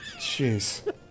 Jeez